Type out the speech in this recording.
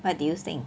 what do you think